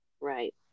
Right